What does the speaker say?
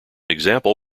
example